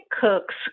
cooks